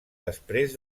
després